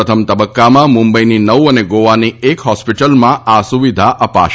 પ્રથમ તબક્કામાં મુંબઈની નવ અને ગોવાની એક હોસ્પિટલમાં આ સુવિધા અપાશે